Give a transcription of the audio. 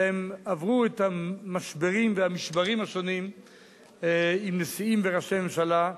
אלא הם עברו את המשברים והמִשברים השונים עם נשיאים וראשי ממשלה.